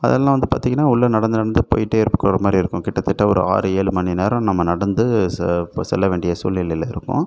அதெலாம் வந்து பார்த்திங்கன்னா உள்ளே நடந்து நடந்து போய்கிட்டே இருக்கிற மாதிரி இருக்கும் கிட்டதட்ட ஒரு ஆறு ஏழு மணி நேரம் நம்ம நடந்து செல்ல வேண்டிய சூழ்நிலையில் இருக்கும்